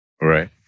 Right